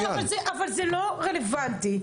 אבל זה לא רלוונטי,